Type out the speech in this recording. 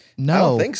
No